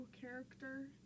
character